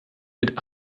mit